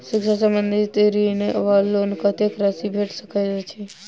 शिक्षा संबंधित ऋण वा लोन कत्तेक राशि भेट सकैत अछि?